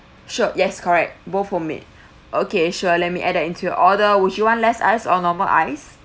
sure yes correct both homemade okay sure let me add that into your order which you want less ice or normal ice